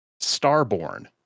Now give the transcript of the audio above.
starborn